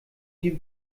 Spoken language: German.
die